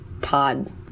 pod